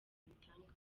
ibitangaza